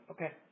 Okay